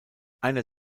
einer